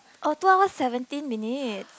oh two hour seventeen minute